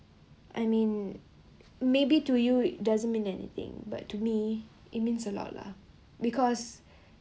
I mean maybe to you it doesn't mean anything but to me it means a lot lah because